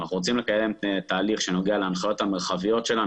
אבל אנחנו רוצים לקיים תהליך שנוגע להנחיות המרחביות שלנו